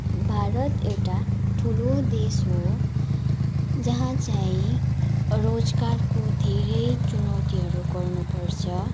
भारत एउटा ठुलो देश हो जहाँ चाहिँ रोजगारको धेरै चुनौतीहरू गर्नु पर्छ